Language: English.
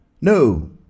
No